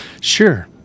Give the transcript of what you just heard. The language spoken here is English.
Sure